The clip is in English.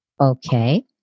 Okay